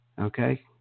Okay